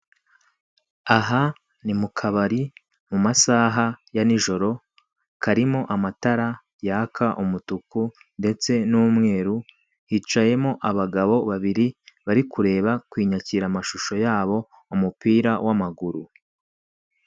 Aha ni mu kabari mu masaha ya ni joro, karimo amatara yaka umutuku n'umweru ndetse n'umweru, hicayemo abagabo babiri bari kureba ku inyakirashusho yabo umupira w'amaguru.